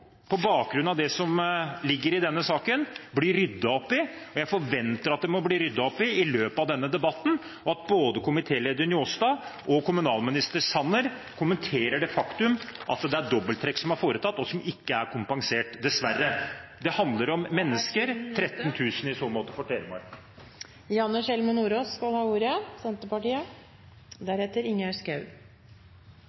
på bakgrunn av det som ligger i denne saken, ryddes opp i i løpet av denne debatten. Jeg forventer at det ryddes opp og at både komitéleder Njåstad og kommunalminister Sanner kommenterer det faktum at det er foretatt dobbelttrekk som ikke er kompensert, dessverre. Det handler om mennesker, 13 000 i så måte for Telemark.